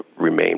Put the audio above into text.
remain